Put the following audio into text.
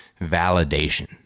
validation